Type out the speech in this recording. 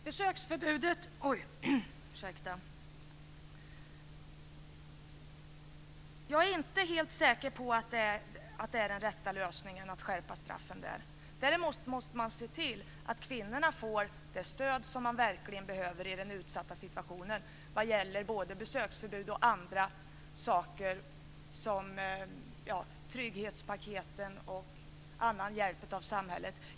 Fru talman! Jag är inte helt säker på att den rätta lösningen är att skärpa straffen. Däremot måste man se till att kvinnorna får det stöd som de verkligen behöver i den utsatta situationen vad gäller besöksförbud, trygghetspaket och annan hjälp av samhället.